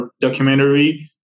documentary